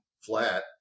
flat